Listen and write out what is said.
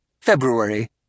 February